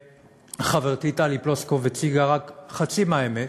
וחברתי טלי פלוסקוב הציגה רק חצי מהאמת,